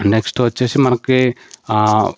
next వచ్చేసి మనకి